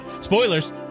spoilers